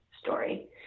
story